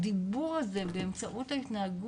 הדיבור הזה באמצעות ההתנהגות,